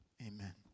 amen